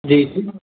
جی جی